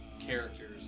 characters